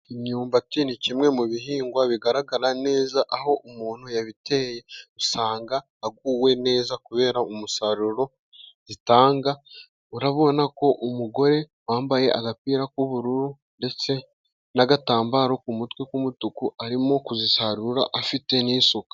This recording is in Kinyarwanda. Imyumbati ni kimwe mu bihingwa bigaragara neza. Aho umuntu yayiteye usanga aguwe neza kubera umusaruro itanga. Urabona ko umugore wambaye agapira k'ubururu ndetse n'agatambaro ku mutwe k'umutuku arimo kuzisarura afite n'isuka.